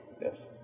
Yes